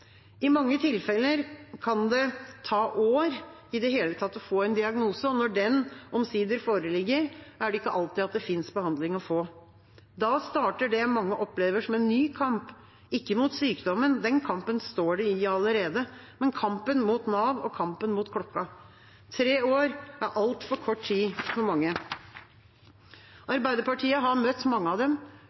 I mange tilfeller kan det ta år i det hele tatt å få en diagnose. Når den omsider foreligger, er det ikke alltid det finnes behandling å få. Da starter det mange opplever som en ny kamp – ikke mot sykdommen, den kampen står de i allerede, men kampen mot Nav og kampen mot klokka. Tre år er altfor kort tid for mange. Arbeiderpartiet har møtt mange av dem,